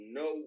no